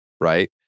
right